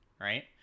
right